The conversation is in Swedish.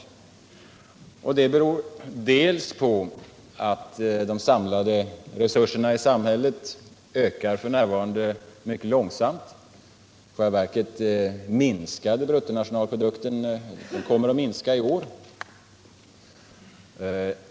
Detta beror delvis på att de samlade resurserna i samhället f. n. ökar mycket långsamt. I själva verket kommer bruttonationalprodukten att minska i år.